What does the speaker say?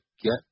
get